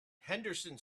henderson